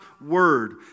Word